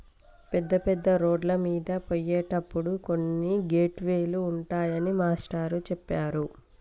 పెద్ద పెద్ద రోడ్లమీద పోయేటప్పుడు కొన్ని గేట్ వే లు ఉంటాయని మాస్టారు చెప్పారు